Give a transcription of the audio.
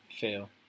fail